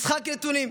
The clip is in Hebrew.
משחק נתונים: